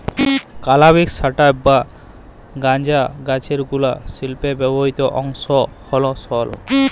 ক্যালাবিস স্যাটাইভ বা গাঁজা গাহাচের বুলা শিল্পে ব্যাবহিত অংশট হ্যল সল